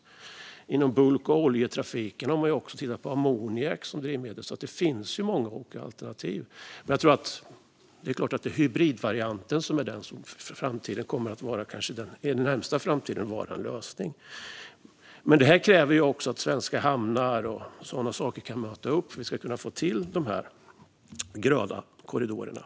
Inom bulk och oljetrafiken har man också tittat på ammoniak som drivmedel. Det finns många olika alternativ. Det är klart att det är hybridvarianten som kanske i den närmaste framtiden kommer att vara en lösning. Det kräver också att svenska hamnar och sådana saker kan möta upp så att vi kan få till de gröna korridorerna.